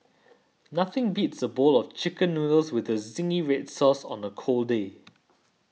nothing beats a bowl of Chicken Noodles with Zingy Red Sauce on a cold day